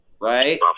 right